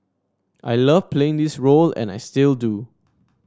I love playing this role and I still do